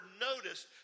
noticed